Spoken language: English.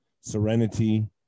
serenity